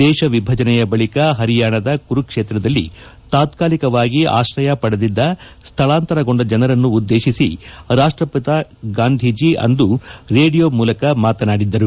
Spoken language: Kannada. ದೇಶ ವಿಭಜನೆಯ ಬಳಿಕ ಹರಿಯಾಣದ ಕುರುಕ್ಷೇತ್ರದಲ್ಲಿ ತಾತ್ಕಾಲಿಕವಾಗಿ ಆಶ್ರಯ ಪಡೆದಿದ್ದ ಸ್ಥಳಾಂತರಗೊಂಡ ಜನರನ್ನು ಉದ್ದೇಶಿಸಿ ರಾಷ್ಟ್ರಪಿತ ಗಾಂಧೀಜಿ ಅಂದು ರೇಡಿಯೋ ಮೂಲಕ ಮಾತನಾದಿದ್ದರು